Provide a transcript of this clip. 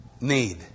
need